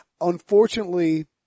Unfortunately